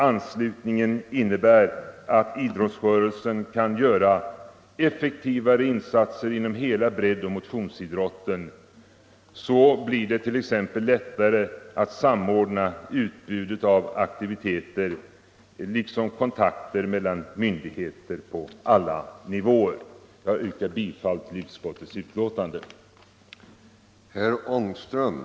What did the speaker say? Anslutningen innebär att idrottsrörelsen kan göra effektivare insatser inom hela breddoch motionsidrotten. Så blir det t. ex lättare att samordna utbudet av aktiviteter liksom kontakter med myndigheter på alla nivåer.” Jag yrkar bifall till utskottets hemställan.